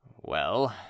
Well